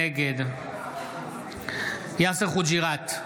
נגד יאסר חוג'יראת,